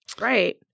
Right